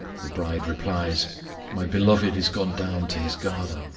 the bride replies my beloved is gone down to his garden,